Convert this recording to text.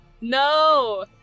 No